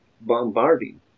bombarding